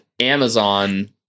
Amazon